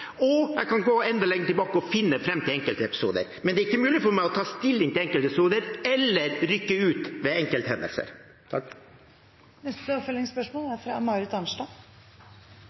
Jeg kan gå enda lenger tilbake og finne fram til enkeltepisoder – men det er ikke mulig for meg å ta stilling til enkeltepisoder eller å rykke ut ved enkelthendelser. Marit Arnstad – til oppfølgingsspørsmål.